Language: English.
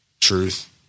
Truth